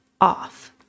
off